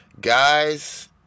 Guys